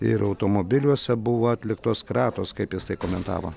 ir automobiliuose buvo atliktos kratos kaip jis tai komentavo